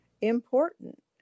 important